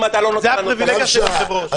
זה הפריבילגיה של היושב-ראש.